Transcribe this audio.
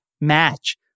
match